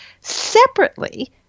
Separately